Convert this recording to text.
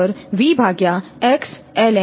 પછી તમને તે મળશે